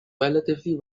relatively